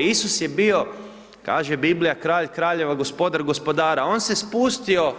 Isus je bio, kaže Biblija, kralj kraljeva, gospodar gospodara, on se spustio